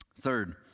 Third